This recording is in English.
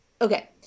okay